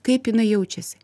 kaip jinai jaučiasi